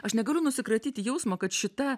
aš negaliu nusikratyti jausmo kad šita